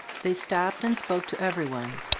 they stopped and spoke to everyone.